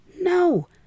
No